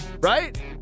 right